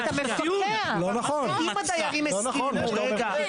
יכולה לפגוש את הדיירים בסוף הדרך,